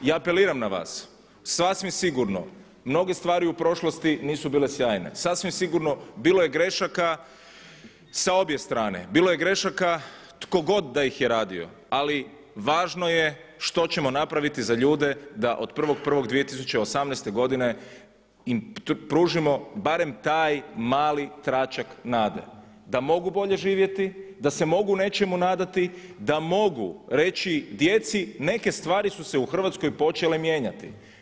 I apeliram na vas sasvim sigurno mnoge stvari u prošlosti nisu bile sjajne, sasvim sigurno bilo je grešaka sa obje strane, bilo je grešaka tko god da ih je radio, ali važno je što ćemo napraviti za ljude da od 1.1.2018. godine pružimo barem taj mali tračak nade, da mogu bolje živjeti, da se mogu nečemu nadati, da mogu reći djeci neke stvari su se u Hrvatskoj su se počele mijenjati.